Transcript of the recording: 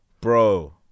bro